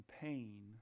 pain